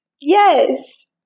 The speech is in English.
Yes